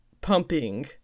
pumping